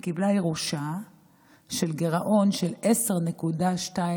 היא קיבלה ירושה של גירעון של 10.2%,